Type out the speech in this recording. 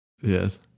Yes